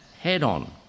head-on